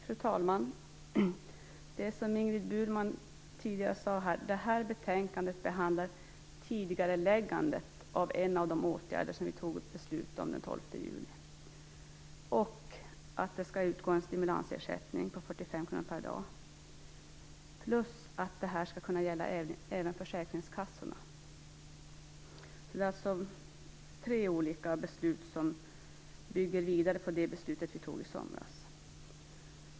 Fru talman! Som Ingrid Burman tidigare sade behandlar det här betänkandet tidigareläggandet av en av de åtgärder som vi fattade beslut om den 12 juli. Det handlar också om att det skall utgå en stimulansersättning på 45 kr per dag och om att förslaget även skall gälla försäkringskassorna. Det är alltså tre olika beslut som bygger vidare på det beslut vi tog i somras.